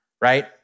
right